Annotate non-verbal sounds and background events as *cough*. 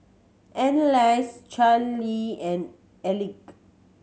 Anneliese Charlee and *unintelligible*